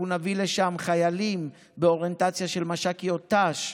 אנחנו נביא לשם חיילים באוריינטציה של מש"קיות ת"ש,